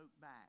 back